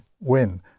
win